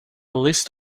list